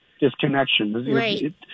disconnection